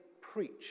preach